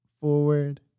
Forward